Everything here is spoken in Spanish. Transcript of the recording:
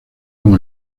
como